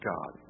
God